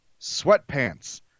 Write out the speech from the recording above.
Sweatpants